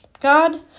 God